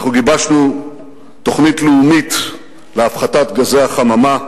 אנחנו גיבשנו תוכנית לאומית להפחתת גזי החממה,